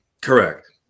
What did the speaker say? Correct